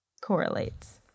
correlates